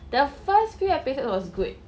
the first few episodes was good